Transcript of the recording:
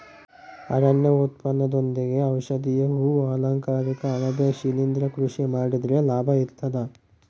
ಅರಣ್ಯ ಉತ್ಪನ್ನದೊಂದಿಗೆ ಔಷಧೀಯ ಹೂ ಅಲಂಕಾರಿಕ ಅಣಬೆ ಶಿಲಿಂದ್ರ ಕೃಷಿ ಮಾಡಿದ್ರೆ ಲಾಭ ಇರ್ತದ